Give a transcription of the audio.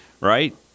Right